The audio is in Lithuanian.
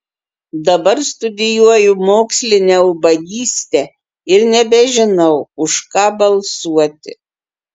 dabar studijuoju mokslinę ubagystę ir nebežinau už ką balsuoti